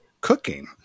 cooking